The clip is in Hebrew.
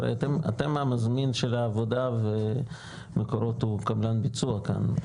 הרי אתם המזמין של העבודה ומקורות הוא קבלן ביצוע כאן,